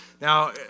now